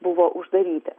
buvo uždaryti